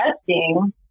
testing